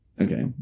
Okay